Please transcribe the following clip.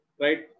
Right